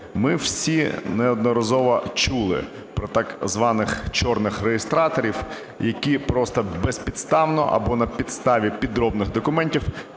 ми всі неодноразово чули про так званих "чорних" реєстраторів, які просто безпідставно або на підставі підроблених документів